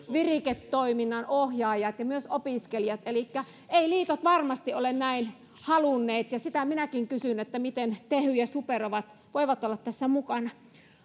viriketoiminnan ohjaajat ja myös opiskelijat elikkä eivät liitot varmasti ole näin halunneet ja sitä minäkin kysyn että miten tehy ja super voivat olla tässä mukana